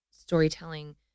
storytelling